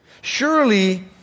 Surely